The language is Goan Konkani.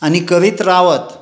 आनी करीत रावत